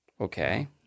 okay